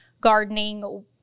gardening